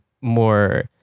more